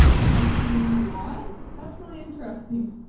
something you want. that's really interesting.